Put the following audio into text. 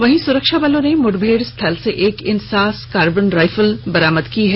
वहीं सुरक्षाबलों ने मुठभेड़ स्थल से एक इंसास कार्बाइन रायफल बरामद किया है